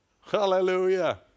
Hallelujah